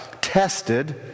tested